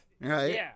Right